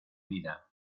vida